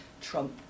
trump